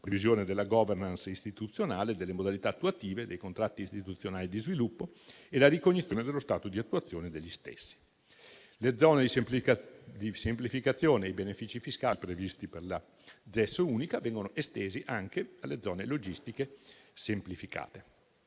revisione della *governance* istituzionale e delle modalità attuative dei contratti istituzionali di sviluppo e la ricognizione dello stato di attuazione degli stessi. Le zone di semplificazione e i benefici fiscali previsti per la ZES unica vengono estesi anche alle zone logistiche semplificate.